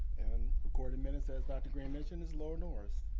and recording minutes, as dr. green mentioned, is laura norris.